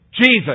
Jesus